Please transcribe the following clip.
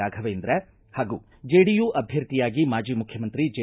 ರಾಫವೇಂದ್ರ ಹಾಗೂ ಜೆಡಿಯು ಅಭ್ಯರ್ಥಿಯಾಗಿ ಮಾಜಿ ಮುಖ್ಯಮಂತ್ರಿ ಜೆ